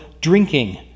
drinking